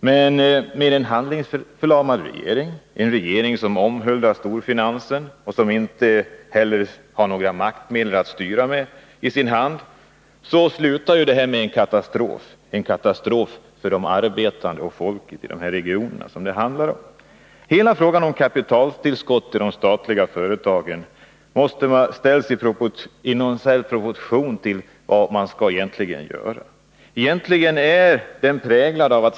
Men med en handlingsförlamad regering, en regering som omhuldar storfinansen och som inte har några maktmedel i sin hand, kan det bara sluta på ett sätt: katastrof för det arbetande folket i de regioner som berörs. Hela frågan om kapitaltillskott till de statliga företagen ställs i propositioneninte i relation till vad dessa företag egentligen skall göra.